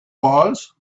was